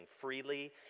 freely